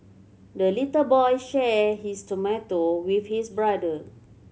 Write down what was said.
the little boy shared his tomato with his brother